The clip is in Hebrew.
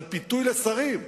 על פיתוי להיות שרים,